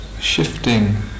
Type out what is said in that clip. shifting